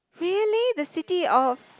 really the city of